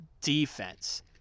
defense